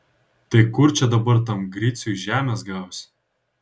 tai kur čia dabar tam griciui žemės gausi